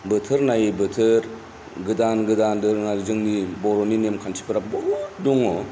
बोथोर नायै बोथोर गोदान गोदान दोरोङारि जोंनि बर'नि नेमखान्थिफोरा बहुद दङ